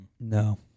No